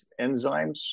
enzymes